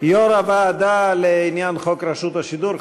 הוועדה לעניין חוק השידור הציבורי,